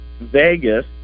Vegas